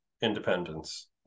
independence